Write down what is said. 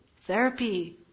Therapy